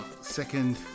second